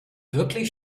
wirklich